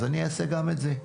אני אעשה גם את זה.